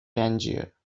tangier